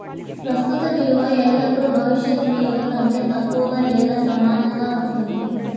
ప్రస్తుత విలువ ఎల్లప్పుడూ భవిష్యత్ విలువ కంటే తక్కువగా లేదా సమానంగా ఉంటుంది